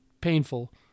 painful